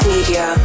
Media